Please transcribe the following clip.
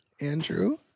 Andrew